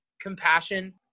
Compassion